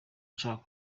nshaka